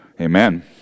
Amen